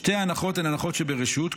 שתי ההנחות הן הנחות שברשות,